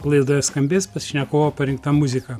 laidoje skambės pašnekovo parinkta muzika